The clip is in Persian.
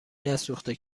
نسوخته